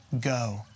go